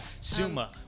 SUMA